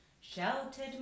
shouted